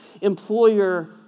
employer